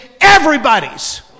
everybody's